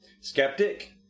skeptic